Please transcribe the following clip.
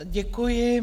Děkuji.